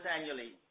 annually